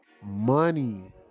Money